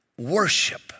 Worship